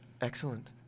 Excellent